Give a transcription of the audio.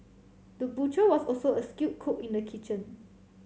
the butcher was also a skilled cook in the kitchen